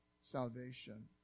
salvation